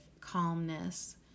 calmness